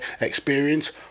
experience